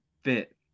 fit